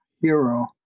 hero